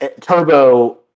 Turbo